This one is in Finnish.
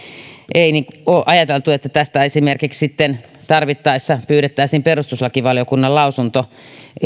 ei ole ajateltu että tästä esimerkiksi tarvittaessa pyydettäisiin perustuslakivaliokunnan lausunto